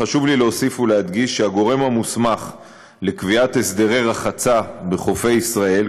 חשוב לי להוסיף ולהדגיש שהגורם המוסמך לקביעת הסדרי רחצה בחופי ישראל,